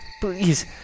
Please